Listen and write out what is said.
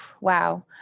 wow